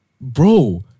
bro